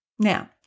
Now